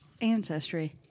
ancestry